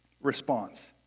response